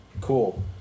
Cool